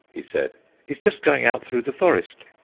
he said he's just going out through the forest.